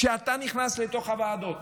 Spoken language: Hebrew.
כשאתה נכנס לתוך הוועדות